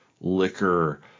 liquor